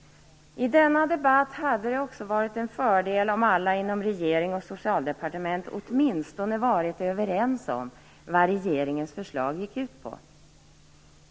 I denna debatt hade det också varit en fördel om alla inom regeringen och Socialdepartementet åtminstone hade varit överens om vad regeringens förslag gick ut på.